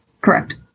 Correct